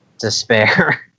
despair